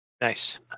Nice